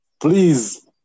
please